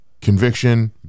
conviction